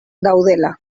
daudela